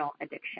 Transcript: addiction